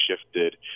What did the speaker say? shifted